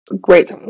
Great